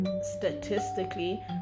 statistically